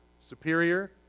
superior